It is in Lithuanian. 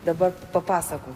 dabar papasakok